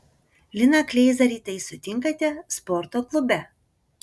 liną kleizą rytais sutinkate sporto klube